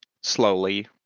slowly